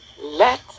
Let